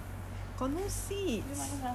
bukit panjang plaza have